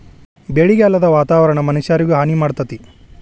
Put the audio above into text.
ಬೆಳಿಗೆ ಅಲ್ಲದ ವಾತಾವರಣಾ ಮನಷ್ಯಾರಿಗು ಹಾನಿ ಮಾಡ್ತತಿ